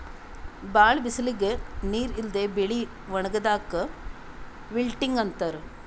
ಭಾಳ್ ಬಿಸಲಿಗ್ ನೀರ್ ಇಲ್ಲದೆ ಬೆಳಿ ಒಣಗದಾಕ್ ವಿಲ್ಟಿಂಗ್ ಅಂತಾರ್